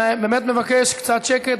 אני באמת מבקש קצת שקט,